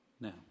now